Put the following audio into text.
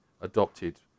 adopted